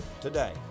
today